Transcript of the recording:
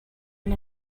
you